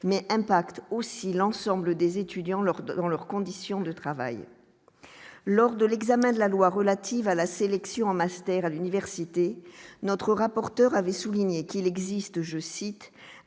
mais impact aussi l'ensemble des étudiants lors dans leurs conditions de travail lors de l'examen de la loi relative à la sélection en master à l'université notre rapporteur avait souligné qu'il existe, je cite,